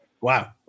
Wow